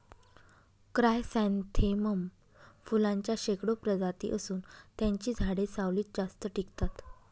chrysanthemum फुलांच्या शेकडो प्रजाती असून त्यांची झाडे सावलीत जास्त टिकतात